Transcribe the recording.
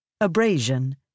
abrasion